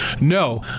no